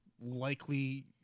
likely